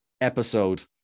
episode